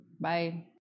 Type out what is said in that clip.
Bye